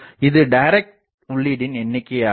இது டைரக்ட் உள்ளீடின் எண்ணிக்கையாகும்